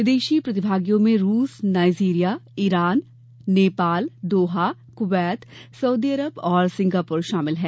विदेशी प्रतिभागियों में रूस Nigeria Iran Nepal Doha Kuwait Saudi Arab और सिंगापुर शामिल हैं